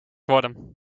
worden